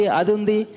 adundi